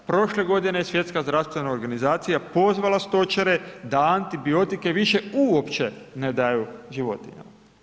Prošle godine je Svjetska zdravstvena organizacija pozvala stočare da antibiotike više uopće ne daju životinjama.